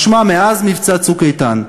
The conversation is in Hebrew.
משמע מאז מבצע "צוק איתן"